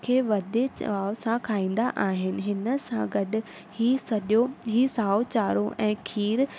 खे वधीक चाव सां खाईंदा आहिनि हिन सां गॾ ई सॼो ई साओ चारो ऐं खीर